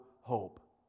hope